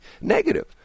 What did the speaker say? negative